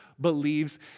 believes